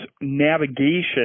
navigation